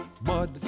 mud